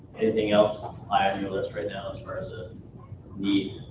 anything else high on your list right now as far as a need,